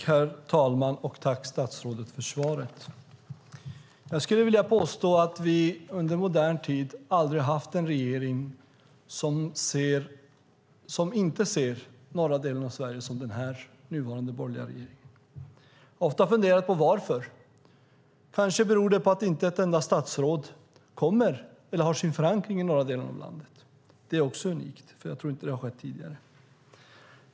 Herr talman! Tack för svaret, statsrådet! Jag skulle vilja påstå att vi under modern tid aldrig har haft en regering som, som den nuvarande borgerliga regeringen, inte ser norra delen av Sverige. Jag har ofta funderat på varför. Kanske beror det på att inte ett enda statsråd kommer från eller har sin förankring i norra delen av landet. Det är också unikt. Jag tror inte att det har skett tidigare.